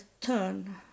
turn